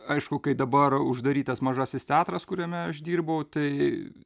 aišku kai dabar uždarytas mažasis teatras kuriame aš dirbau tai